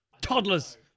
Toddlers